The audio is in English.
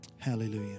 Hallelujah